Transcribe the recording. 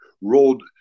rolled